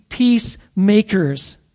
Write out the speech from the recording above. Peacemakers